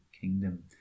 kingdom